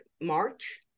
March